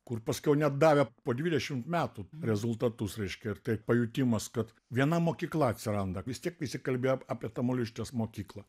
kur paskiau net davė po dvidešimt metų rezultatus reiškia ir tai pajutimas kad viena mokykla atsiranda vis tiek visi kalbėjo ap apie tamulevičiūtės mokyklą